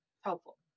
Helpful